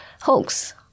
hoax